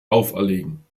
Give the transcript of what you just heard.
auferlegen